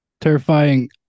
Terrifying